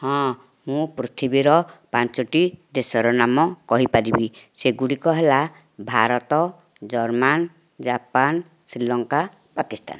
ହଁ ମୁଁ ପୃଥିବୀର ପାଞ୍ଚୋଟି ଦେଶର ନାମ କହି ପାରିବି ସେଗୁଡ଼ିକ ହେଲା ଭାରତ ଜର୍ମାନ ଜାପାନ ଶ୍ରୀଲଙ୍କା ପାକିସ୍ତାନ